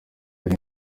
ari